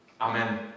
Amen